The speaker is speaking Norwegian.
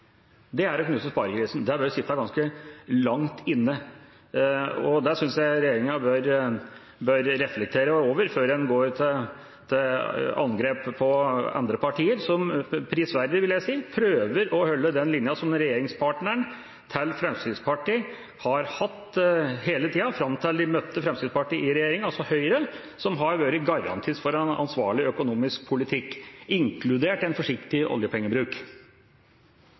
Det er å knuse sparegrisen. Det bør sitte ganske langt inne, og det synes jeg regjeringa bør reflektere over før en går til angrep på andre partier som – prisverdig, vil jeg si – prøver å holde den linjen som regjeringspartneren til Fremskrittspartiet har hatt hele tiden, fram til de møtte Fremskrittspartiet i regjering, altså Høyre, som har vært garantist for en ansvarlig økonomisk politikk, inkludert en forsiktig oljepengebruk.